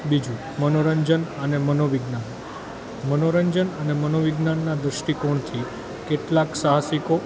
બીજું મનોરંજન અને મનોવિજ્ઞાન મનોરંજન અને મનોવિજ્ઞાનના દ્રષ્ટિકોણથી કેટલાક સાહસિકો